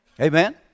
Amen